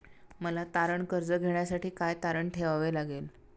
मला तारण कर्ज घेण्यासाठी काय तारण ठेवावे लागेल?